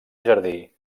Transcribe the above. jardí